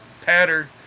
pattern